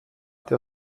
der